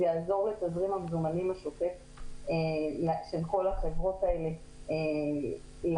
זה יעזור לתזרים המזומנים השוטף של כל החברות האלה להזרים